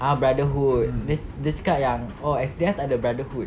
ah brotherhood dia dia cakap yang oh S_C_D_F tak ada brotherhood